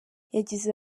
yagize